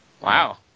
Wow